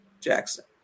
Jackson